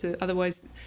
Otherwise